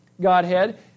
Godhead